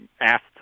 asked